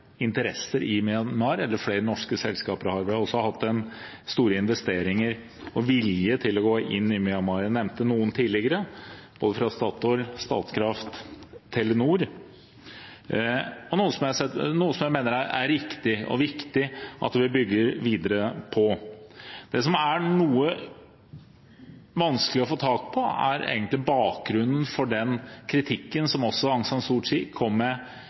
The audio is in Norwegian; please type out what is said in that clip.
interesser i Myanmar, og de har også hatt store investeringer – og en vilje til å gå inn – i Myanmar. Jeg nevnte noen tidligere, både Statoil, Statkraft og Telenor, noe jeg mener det er riktig og viktig at vi bygger videre på. Det som er noe vanskelig å få tak på, er egentlig bakgrunnen for den kritikken som Aung San Suu Kyi kom med